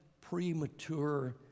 premature